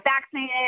vaccinated